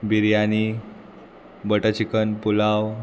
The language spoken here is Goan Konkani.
biryani butter chicken pulao